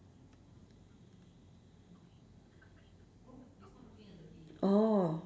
oh